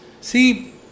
see